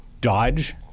Dodge